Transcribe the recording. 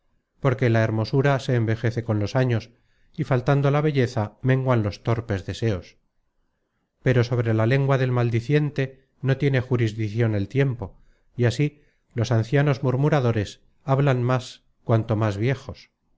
porque la hermosura se envejece con los años y faltando la belleza menguan los torpes deseos pero sobre la lengua del maldiciente no tiene jurisdicion el tiempo y así los ancianos murmuradores hablan más cuanto más viejos